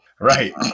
Right